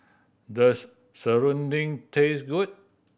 does serunding taste good